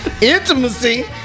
intimacy